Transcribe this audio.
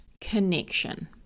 connection